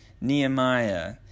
Nehemiah